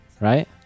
Right